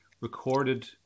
recorded